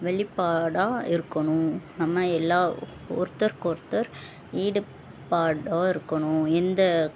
வெளிப்பாடாக இருக்கணும் நம்ம எல்லா ஒருத்தருக்கொருத்தர் ஈடுப்பாடாக இருக்கணும் எந்த